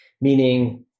meaning